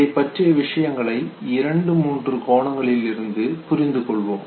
அதை பற்றிய விஷயங்களை இரண்டு முன்று கோணங்களிலிருந்து புரிந்துகொள்வோம்